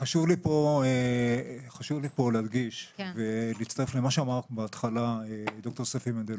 וחשוב לי פה להדגיש ולהצטרף למה שאמר בהתחלה ד"ר ספי מנדלוביץ: